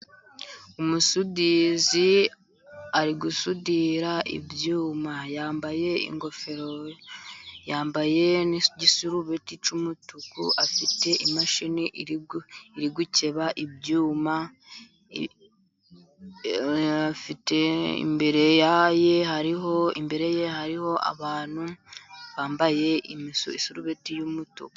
Umusudizi ari gusudira ibyuma, yambaye ingofero, yambaye n'igisurubeti cy'umutuku, afite imashini iri gukeba ibyuma, imbere ye hariho, abantu bambaye isurubeti y'umutuku.